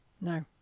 No